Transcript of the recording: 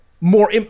more